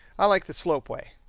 i like the slope way,